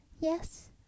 Yes